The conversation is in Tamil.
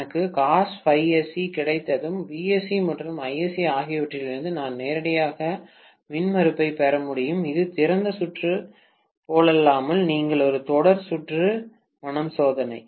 எனக்கு கிடைத்ததும் Vsc மற்றும் Isc ஆகியவற்றிலிருந்து நான் நேரடியாக மின்மறுப்பைப் பெற முடியும் இது திறந்த சுற்று போலல்லாமல் நீங்கள் ஒரு தொடர் சுற்று மனம் சோதனை